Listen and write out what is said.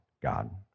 God